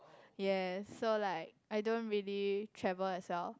yes so like I don't really travel as well